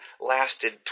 lasted